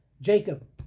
Jacob